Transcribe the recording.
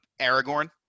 Aragorn